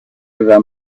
aveva